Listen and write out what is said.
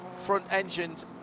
front-engined